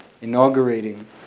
inaugurating